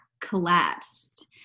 collapsed